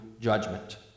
judgment